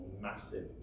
massive